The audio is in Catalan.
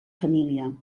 família